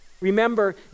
Remember